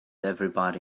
everybody